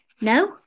No